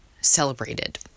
celebrated